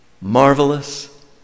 Marvelous